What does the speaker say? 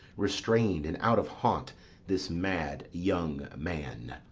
restrain'd, and out of haunt this mad young man.